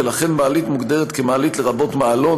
ולכן מעלית מוגדרת מעלית לרבות מעלון,